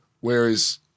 whereas